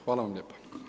Hvala vam lijepo.